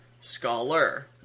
Scholar